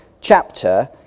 chapter